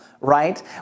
right